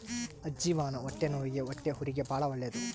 ಅಜ್ಜಿವಾನ ಹೊಟ್ಟೆನವ್ವಿಗೆ ಹೊಟ್ಟೆಹುರಿಗೆ ಬಾಳ ಒಳ್ಳೆದು